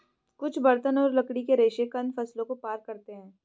कुछ बर्तन और लकड़ी के रेशे कंद फसलों को पार करते है